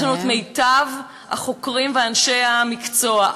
יש לנו מיטב החוקרים ואנשי המקצוע.